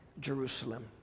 Jerusalem